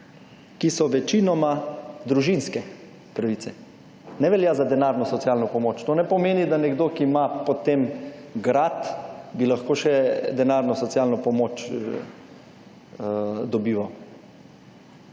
ki so večinoma družinske pravice. Ne velja za denarno socialno pomoč. To ne pomeni, da nekdo, ki ima potem grad, bi lahko še denarno socialno pomoč dobival.